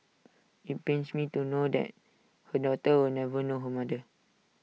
IT pains me to know that her daughter will never know her mother